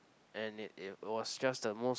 and it it was just the most